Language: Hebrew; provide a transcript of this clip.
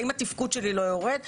האם התפקוד שלי לא יורד?